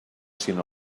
sinó